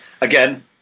Again